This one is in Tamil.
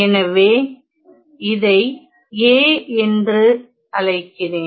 எனவே இதை A என்று அழைக்கிறேன்